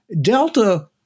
Delta